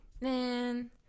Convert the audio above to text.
man